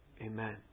amen